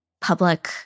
public